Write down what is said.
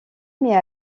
mais